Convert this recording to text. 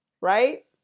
right